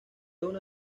una